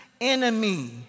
enemy